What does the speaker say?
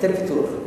היטל פיתוח.